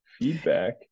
feedback